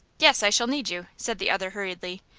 yes, i shall need you, said the other hurriedly.